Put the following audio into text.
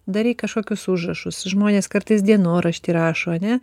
darei kažkokius užrašus žmonės kartais dienoraštį rašo ane